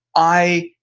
i,